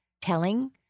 telling